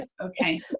Okay